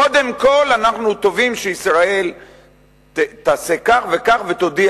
קודם כול אנחנו תובעים שישראל תעשה כך וכך ותודיע